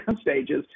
stages